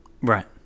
Right